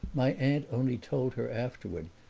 my aunt only told her afterward,